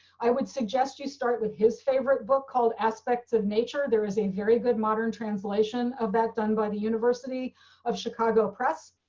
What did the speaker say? i would suggest you start with his favorite book called aspects of nature, there is a very good modern translation of that done by the university of chicago press.